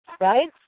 right